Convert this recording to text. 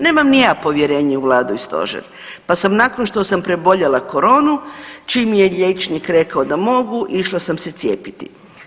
Nemam ni ja povjerenje u vladu i stožer, pa sam nakon što sam preboljela koronu, čim je liječnik rekao da mogu, išla sam se cijepiti.